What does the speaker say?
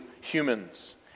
humans